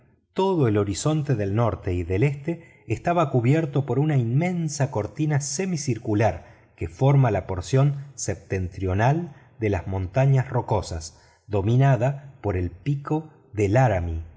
todo el horizonte del norte y del este estaba cubierto por una inmensa cortina semicircular que forma la porción septentrional de las montañas rocosas dominada por el pico de laramia